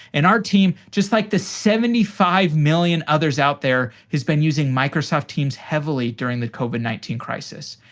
and our team, just like the seventy five million others out there, has been using microsoft teams heavily during the covid nineteen crisis.